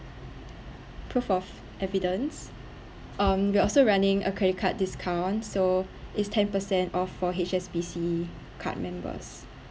proof of evidence um we're also running a credit card discount so is ten per cent of four H_S_B_C card members